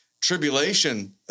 tribulation